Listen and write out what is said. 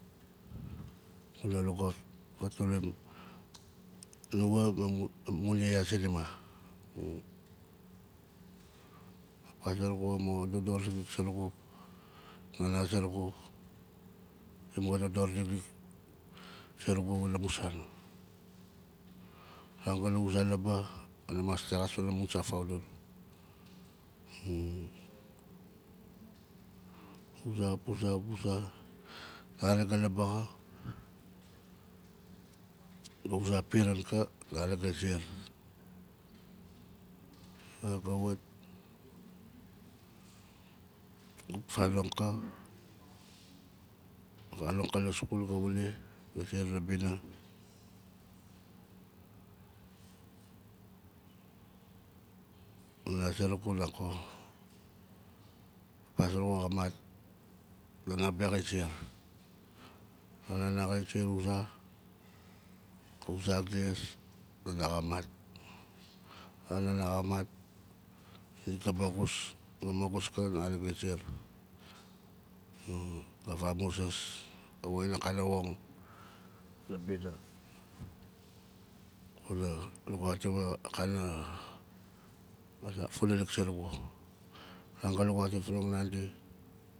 Kunaa lugaut fakdul nua ma mun- amun yaya zinima papa zurugu xa mo dodor zurugu nana zurugu la mo dodor zurugu wana mun san a ran ga na wuza labaa ka na mas texas panaa mun san faudul uza, puza, puza a ran karik ga labaa xa ga uza piran ka ga ga wat- ga wat fanong ka vanong ka la skul xa ga wuli ga ziar la bina nana zurugu nako papa zurugu xa mat nana be xai ziar nana xai ziar wuza ka wuza giaas nana xa mat- ran nana xa mat di taabavus ga magus ka nakari ga ziar ga vamuzas gat woxin akana woxin la bina kunaa lugautim akana a zan funalik surugu a ran ga lugautim fanong nandi